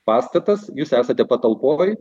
pastatas jūs esate patalpoj